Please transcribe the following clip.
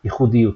ייחודיות.